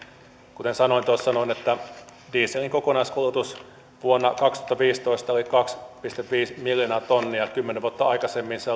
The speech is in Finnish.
kuten sanoin tuossa noin dieselin kokonaiskulutus vuonna kaksituhattaviisitoista oli kaksi pilkku viisi miljoonaa tonnia kymmenen vuotta aikaisemmin se